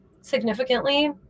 significantly